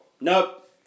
Nope